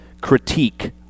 critique